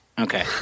Okay